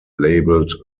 labelled